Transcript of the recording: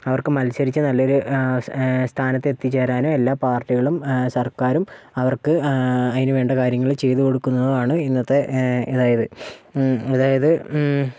അവർക്ക് മത്സരിച്ച് നല്ല ഒരു സ്ഥാനത്ത് എത്തിച്ചേരാനും എല്ലാ പാർട്ടികളും സർക്കാരും അവർക്ക് അതിന് വേണ്ട കാര്യങ്ങള് ചെയ്ത് കൊടുക്കുന്നതും ആണ് ഇന്നത്തെ അതായത് അതായത്